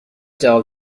جواب